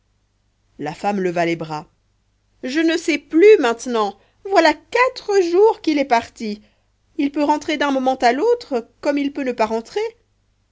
la femme leva les bras je ne sais plus maintenant voilà quatre jours qu'il est parti il peut rentrer d'un moment à l'autre comme il peut ne pas rentrer